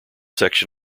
section